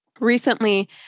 Recently